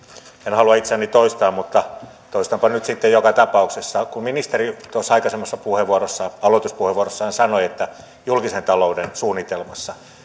en halua itseäni toistaa mutta toistanpa nyt sitten joka tapauksessa kun ministeri tuossa aikaisemmassa aloituspuheenvuorossaan sanoi että julkisen talouden suunnitelmassa